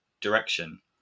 direction